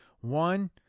One